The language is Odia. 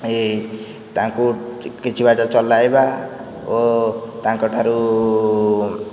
ଇ ତାଙ୍କୁ କିଛି ବାଟ ଚଲାଇବା ଓ ତାଙ୍କ ଠାରୁ